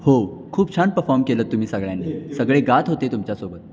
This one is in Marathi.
हो खूप छान पफॉर्म केलंत तुम्ही सगळ्यांनी सगळे गात होते तुमच्यासोबत